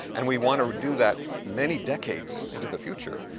and we want to do that many decades into the future.